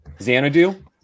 Xanadu